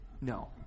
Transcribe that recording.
No